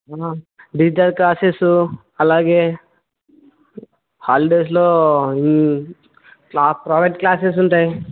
digital classes అలాగే హాలిడేస్లో ఈ క్లా ప్రైవేట్ క్లాసెస్ ఉంటాయి